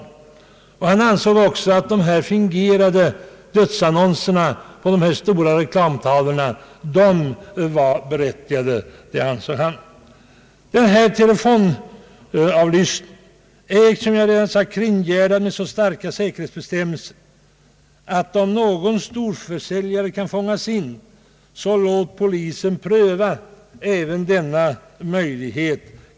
Han ansåg också att de fingerade dödsannonserna på de där stora reklamtavlorna var berättigade. Telefonavlyssningen är som jag redan sagt kringgärdad med så starka säkerhetsbestämmelser, att om någon storförsäljare skulle kunna fångas in, så låt poli sen pröva denna möjlighet.